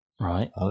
Right